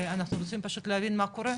אנחנו רוצים פשוט להבין מה קורה,